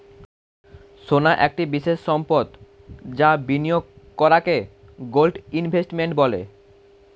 সোনা একটি বিশেষ সম্পদ যা বিনিয়োগ করাকে গোল্ড ইনভেস্টমেন্ট বলে